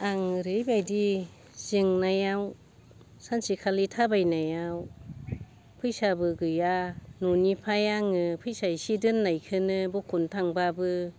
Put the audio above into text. आं ओरैबायदि जेंनायाव सानसेखालि थाबायनायाव फैसाबो गैया न'निफ्राय आङो फैसा एसे दोननायखौनो बख'नो थांबाबो